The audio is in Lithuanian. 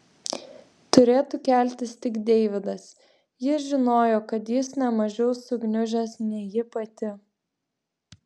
turėtų keltis tik deividas ji žinojo kad jis ne mažiau sugniužęs nei ji pati